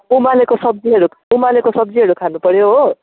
उमालेको सब्जीहरू उमालेको सब्जीहरू खानुपर्यो हो